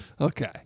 Okay